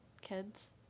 kids